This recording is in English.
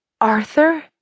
Arthur